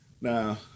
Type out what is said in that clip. Now